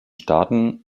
staaten